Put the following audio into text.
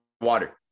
water